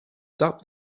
stop